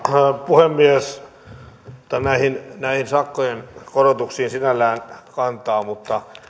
puhemies en ota näihin sakkojen korotuksiin sinällään kantaa mutta